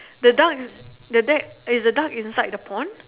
the duck the duck is the duck inside the pond